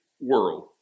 world